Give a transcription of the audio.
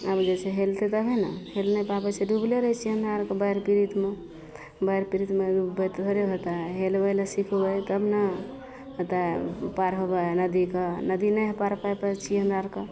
आब जे छै हेलतय तभिये ने हेल नहि पाबय छै डुबल रहय छै से हमरा आरके बाढ़ि पीड़ितमे बाढ़ि पीड़ितमे थोड़े होता हेलब नहि सिखबय तब ने तऽ पार होबय नदीके नदी नहि पार पाइ छियै हमरा आरके